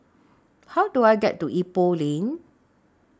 How Do I get to Ipoh Lane